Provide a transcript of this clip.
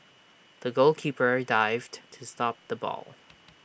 the goalkeeper dived to stop the ball